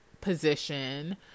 position